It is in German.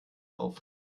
auf